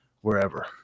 wherever